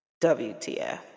WTF